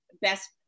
Best